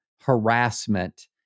harassment